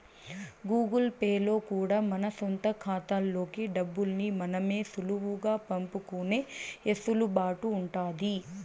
Google Pay లో కూడా మన సొంత కాతాల్లోకి డబ్బుల్ని మనమే సులువుగా పంపుకునే ఎసులుబాటు ఉండాది